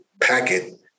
packet